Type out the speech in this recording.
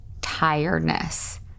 tiredness